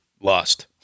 lost